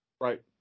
Right